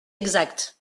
exact